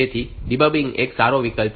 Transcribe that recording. તેથી ડીબગીંગ એક સારો વિકલ્પ છે